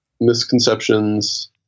misconceptions